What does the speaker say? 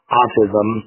autism